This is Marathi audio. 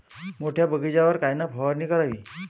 मोठ्या बगीचावर कायन फवारनी करावी?